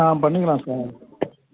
ஆ பண்ணிக்கலாம் சார்